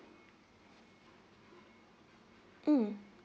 mm